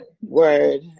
Word